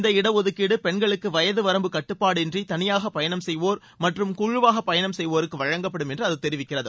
இந்த இட ஒதுக்கீடு பெண்களுக்கு வயது வரம்பு கட்டுப்பாடு இன்றி தனியாக பயணம் செய்வோர் மற்றும் குழுவாக பயணம் செய்வோருக்கு வழங்கப்படும் என்று அது தெரிவிக்கிறது